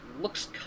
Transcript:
looks